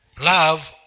Love